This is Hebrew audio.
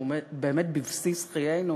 שהוא עומד באמת בבסיס חיינו,